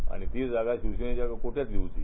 आणि ती जागा शिवसेनेच्या कोट्यातली होती